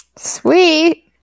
Sweet